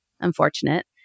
unfortunate